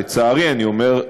לצערי אני אומר,